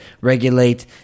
regulate